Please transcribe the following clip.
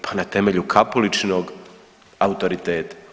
Pa na temelju Kapuličinog autoriteta.